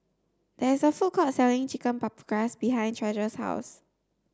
there is a food court selling Chicken Paprikas behind Treasure's house